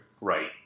Right